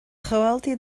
chomhaltaí